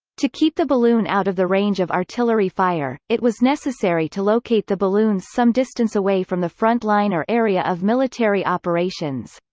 to keep the balloon out of the range of artillery fire, it was necessary to locate the balloons some distance away from the front line or area of military operations.